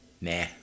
Nah